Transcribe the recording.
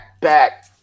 back